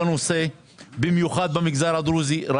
במיוחד במגזר הדרוזי.